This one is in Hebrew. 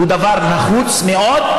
דבר נחוץ מאוד,